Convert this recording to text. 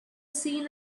seen